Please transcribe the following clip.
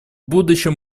будущем